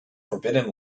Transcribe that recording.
forbidden